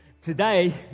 today